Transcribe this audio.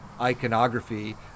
iconography